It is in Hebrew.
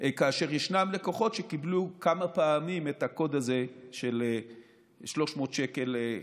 וישנם לקוחות שקיבלו כמה פעמים את הקוד הזה של 300 שקלים,